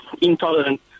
intolerant